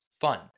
fun